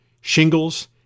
shingles